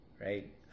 Right